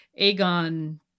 Aegon